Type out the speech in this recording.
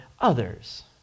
others